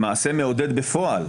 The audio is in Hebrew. למעשה מעודד בפועל,